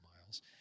miles